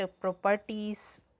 properties